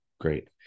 Great